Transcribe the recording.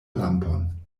lampon